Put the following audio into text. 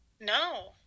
No